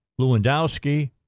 Lewandowski